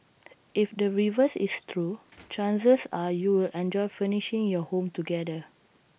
if the reverse is true chances are you'll enjoy furnishing your home together